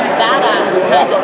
badass